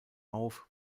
auf